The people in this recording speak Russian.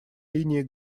линии